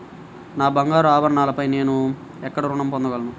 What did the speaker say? నా బంగారు ఆభరణాలపై నేను ఎక్కడ రుణం పొందగలను?